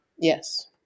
Yes